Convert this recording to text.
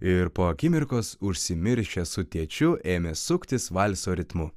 ir po akimirkos užsimiršęs su tėčiu ėmė suktis valso ritmu